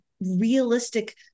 realistic